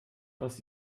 aus